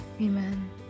Amen